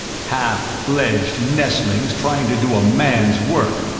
half-fledged nestlings trying to do a man's work!